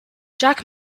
jack